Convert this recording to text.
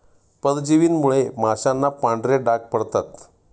परजीवींमुळे माशांना पांढरे डाग पडतात